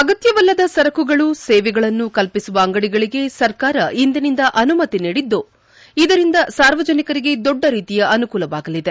ಅಗತ್ಯವಲ್ಲದ ಸರಕುಗಳು ಸೇವೆಗಳನ್ನು ಕಲ್ವಿಸುವ ಅಂಗಡಿಗಳಿಗೆ ಸರ್ಕಾರ ನಿನ್ನೆ ಅನುಮತಿ ನೀಡಿದ್ದು ಇದರಿಂದ ಸಾರ್ವಜನಿಕರಿಗೆ ದೊಡ್ಡ ರೀತಿಯ ಅನುಕೂಲವಾಗಲಿದೆ